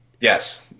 Yes